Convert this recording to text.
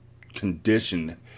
condition